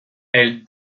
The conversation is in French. elles